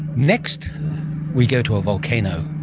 next we go to a volcano,